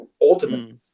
ultimately